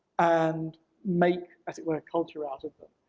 and make, as it were, culture out of them.